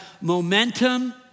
momentum